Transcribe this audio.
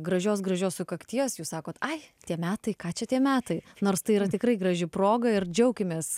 gražios gražios sukakties jūs sakot ai tie metai ką čia tie metai nors tai yra tikrai graži proga ir džiaukimės